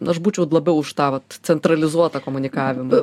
aš būčiau labiau už tą vat centralizuotą komunikavimą